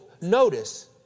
Notice